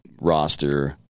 roster